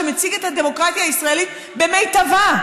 שמציג את הדמוקרטיה הישראלית במיטבה.